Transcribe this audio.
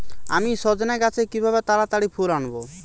আমি সজনে গাছে কিভাবে তাড়াতাড়ি ফুল আনব?